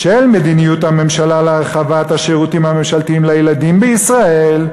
בשל מדיניות הממשלה להרחבת השירותים הממשלתיים לילדים בישראל,